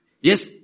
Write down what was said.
Yes